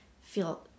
feel